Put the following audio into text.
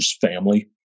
family